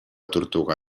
tortuga